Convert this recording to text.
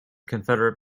confederate